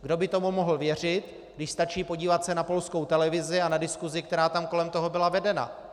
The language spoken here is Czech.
Kdo by tomu mohl věřit, když stačí podívat se na polskou televizi a na diskusi, která tam kolem toho byla vedena?